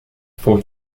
for